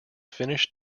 finnish